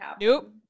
nope